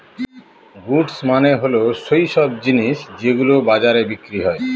goods মানে হল সৈইসব জিনিস যেগুলো বাজারে বিক্রি হয়